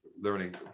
learning